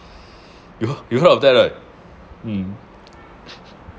you you heard of that right mm